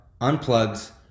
unplugs